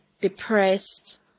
depressed